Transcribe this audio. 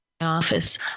office